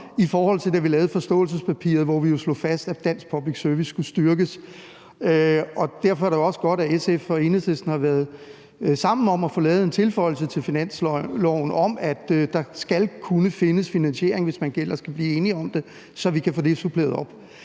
i forhold til da vi lavede forståelsespapiret, hvor vi jo slog fast, at dansk public service skulle styrkes. Derfor er det jo også godt, at SF og Enhedslisten har været sammen om at få lavet en tilføjelse til finansloven om, at der skal kunne findes finansiering, hvis man ellers kan blive enige om det, så vi kan få det suppleret op.